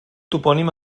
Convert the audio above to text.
topònim